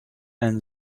and